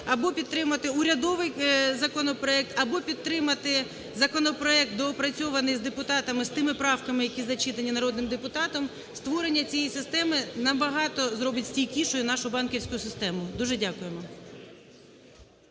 або підтримати урядовий законопроект, або підтримати законопроект доопрацьований з депутатами, з тими правками, які зачитані народним депутатом. Створення цієї системи набагато зробить стійкішою нашу банківську систему. Дуже дякуємо.